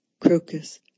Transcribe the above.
Crocus